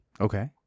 Okay